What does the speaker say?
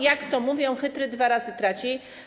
Jak to mówią: Chytry dwa razy traci.